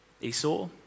Esau